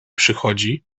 przychodzi